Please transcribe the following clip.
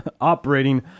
operating